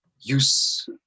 use